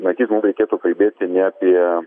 matyt mum reikėtų kalbėti ne apie